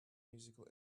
musical